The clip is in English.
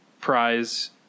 prize